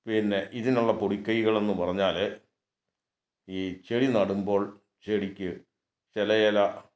പിന്നെ ഇതിനുള്ള പൊടി കൈകളെന്ന് പറഞ്ഞാൽ ഈ ചെടി നടുമ്പോൾ ചെടിക്ക് ചില ചില